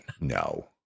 no